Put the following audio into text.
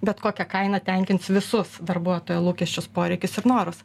bet kokia kaina tenkins visus darbuotojo lūkesčius poreikius ir norus